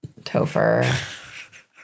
Topher